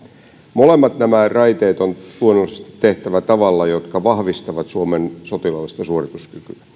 molemmat raiteet on luonnollisesti tehtävä tavalla joka vahvistaa suomen sotilaallista suorituskykyä